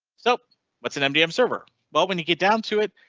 so what's an mdm server? well, when you get down to it.